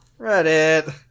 Reddit